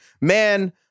Man